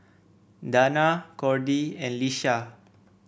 Dana Cordie and Lisha